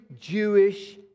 Jewish